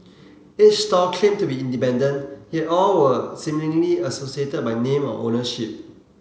each stall claimed to be independent yet all were seemingly associated by name or ownership